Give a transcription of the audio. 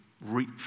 reap